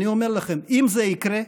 אני אומר לכם: אם זה יקרה,